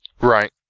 Right